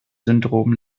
syndrom